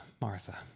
Martha